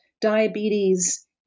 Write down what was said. diabetes